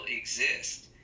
exist